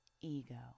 Ego